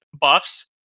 buffs